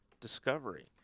Discovery